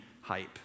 hype